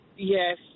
Yes